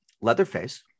leatherface